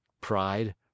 Pride